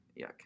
Yuck